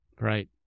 Right